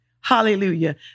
Hallelujah